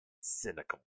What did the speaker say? cynical